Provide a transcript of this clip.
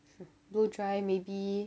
blow dry maybe